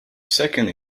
second